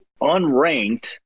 unranked